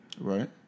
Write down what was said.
Right